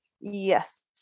Yes